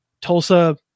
Tulsa